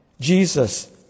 Jesus